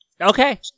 Okay